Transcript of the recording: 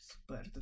Super